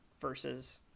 versus